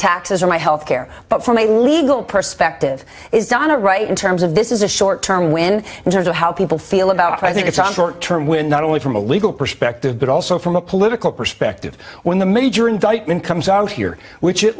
taxes or my health care but from a legal perspective is donna right in terms of this is a short term win in terms of how people feel about it i think it's a short term win not only from a legal perspective but also from a political perspective when the major indictment comes out here which it